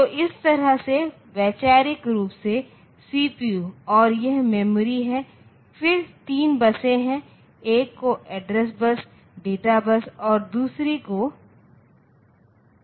तो इस तरह से वैचारिक रूप से सीपीयू और यह मेमोरी है फिर तीन बसें हैं एक को एड्रेस बस डेटा बस और दूसरी को कंट्रोल बस कहा जाता है